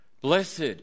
Blessed